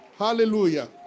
Hallelujah